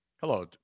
hello